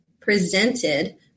presented